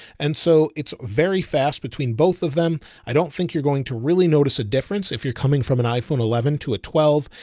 and so it's very fast between both of them. i don't think you're going to really notice a difference if you're coming from an iphone eleven to a twelve,